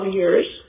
years